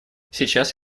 сейчас